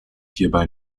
hierbei